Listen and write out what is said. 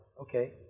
Okay